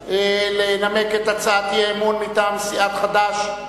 לנמק את הצעת האי-אמון מטעם סיעת חד"ש.